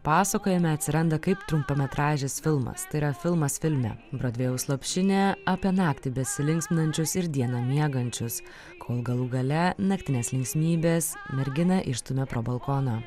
pasakojime atsiranda kaip trumpametražis filmas tai yra filmas filme brodvėjaus lopšinė apie naktį besilinksminančius ir dieną miegančius kol galų gale naktinės linksmybės merginą išstumia pro balkoną